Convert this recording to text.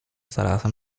zarazem